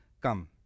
come